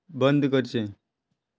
बंद करचें